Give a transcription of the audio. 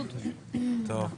צודק,